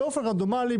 באופן רנדומלי,